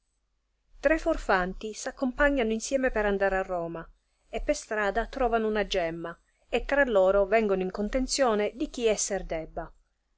a roma e per strada trovano una gemma e tra loro vengono in contenzione di chi esser debba